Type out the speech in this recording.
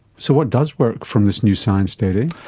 so what does work from this new science, dedee?